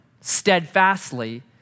steadfastly